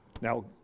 Now